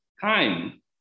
time